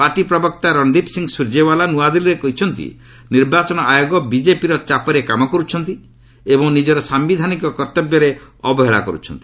party ପ୍ରବକ୍ତା ରଣଦୀପ୍ ସିଂ ସ୍କରଜେୱାଲା ନୂଆଦିଲ୍ଲୀରେ କହିଛନ୍ତି ନିର୍ବାଚନ ଆୟୋଗ ବିଜେପିର ଚାପରେ କାମ କରୁଛନ୍ତି ଏବଂ ନିଜର ସାୟିଧାନିକ କର୍ତ୍ତବ୍ୟରେ ଅବହେଳା କରୁଛନ୍ତି